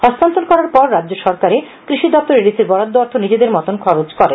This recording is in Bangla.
হস্তান্তর করার পর ও রাজ্য সরকারে কৃষি দপ্তর এডিসি র বরাদ্দ অর্থ নিজেদের মতন করে খরচ করেন